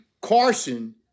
Carson